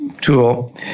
tool